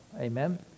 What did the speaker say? Amen